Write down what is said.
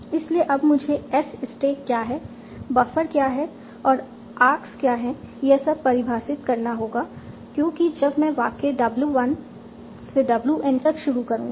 इसलिए अब मुझे S स्टैक क्या है बफर क्या है और आर्क्स क्या है यह सब परिभाषित करना होगा क्योंकि जब मैं वाक्य w1 से w n तक शुरू करूंगा